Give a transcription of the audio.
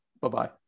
Bye-bye